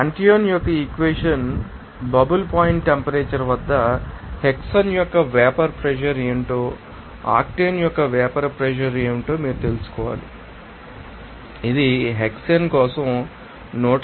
ఇప్పుడు ఆంటోయిన్ యొక్క ఈక్వెషన్ కొరకు ఈ బబుల్ పాయింట్ టెంపరేచర్ వద్ద హెక్సేన్ యొక్క వేపర్ ప్రెషర్ ఏమిటో మరియు ఆక్టేన్ యొక్క వేపర్ ప్రెషర్ ఏమిటో మీరు తెలుసుకోవాలి మరియు ఇది హెక్సేన్ కోసం 150